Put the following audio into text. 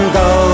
go